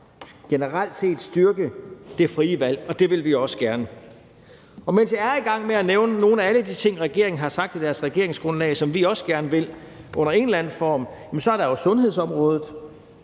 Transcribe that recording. Generelt set vil man styrke det frie valg, og det vil vi også gerne. Mens jeg er i gang med at nævne nogle af alle de ting, regeringen har sagt i deres regeringsgrundlag, og som vi også gerne vil under en eller anden form, så er der jo sundhedsområdet.